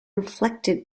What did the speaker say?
inflected